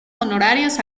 honorarios